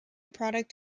product